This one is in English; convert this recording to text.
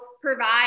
provide